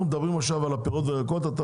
אנחנו מדברים עכשיו על פירות וירקות ואתה